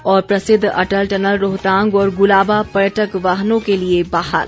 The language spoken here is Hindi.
और प्रसिद्ध अटल टनल रोहतांग और गुलाबा पर्यटक वाहनों के लिए बहाल